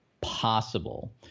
possible